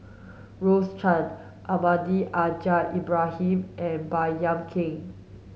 Rose Chan Almahdi Al Haj Ibrahim and Baey Yam Keng